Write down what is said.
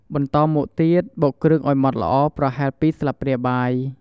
បន្តមកទៀត បុកគ្រឿងឱ្យម៉ដ្ឋល្អប្រហែល ២ ស្លាបព្រាបាយ។